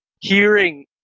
hearing